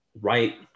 right